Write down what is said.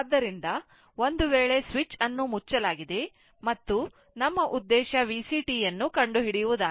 ಆದ್ದರಿಂದ ಒಂದು ವೇಳೆ ಸ್ವಿಚ್ ಅನ್ನು ಮುಚ್ಚಲಾಗಿದೆ ಮತ್ತು ನಮ್ಮ ಉದ್ದೇಶ VCt ಯನ್ನು ಕಂಡುಹಿಡಿಯುವದಾಗಿದೆ